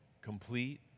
complete